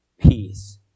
peace